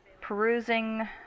perusing